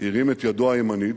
הרים את ידו הימנית,